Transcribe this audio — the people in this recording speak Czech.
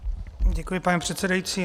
Děkuji, pane předsedající.